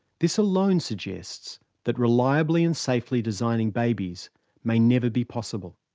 this alone suggests that reliably and safely designing babies may never be possible.